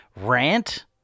rant